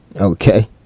okay